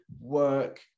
work